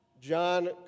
John